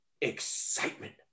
excitement